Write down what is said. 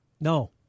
No